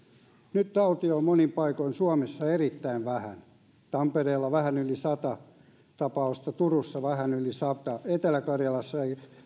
nyt tautia on monin paikoin suomessa erittäin vähän tampereella vähän yli sata tapausta turussa vähän yli sata ja etelä karjalassa